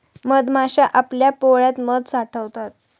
मधमाश्या आपल्या पोळ्यात मध साठवतात